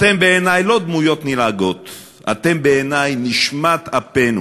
אתן בעיני לא דמויות נלעגות, אתן בעיני נשמת אפנו,